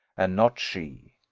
and not she.